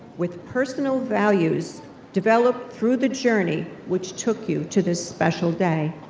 with personal values developed through the journey which took you to this special day.